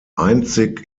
einzig